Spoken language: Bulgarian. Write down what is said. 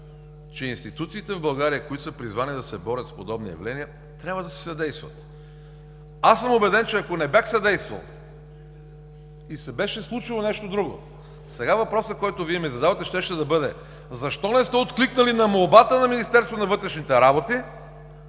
че институциите в България, които са призвани да се борят с подобни явления, трябва да си съдействат. Аз съм убеден, че ако не бях съдействал и се беше случило нещо друго, сега въпросът, който Вие ми задавате, щеше да бъде: Защо не сте откликнали на молбата на Министерството на вътрешните работи